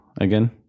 again